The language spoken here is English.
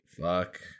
fuck